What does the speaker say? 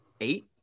Eight